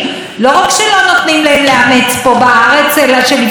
שלפני שבוע גם חתמו על אמנה עם רוסיה,